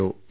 O A